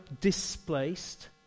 displaced